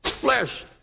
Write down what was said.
Flesh